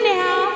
now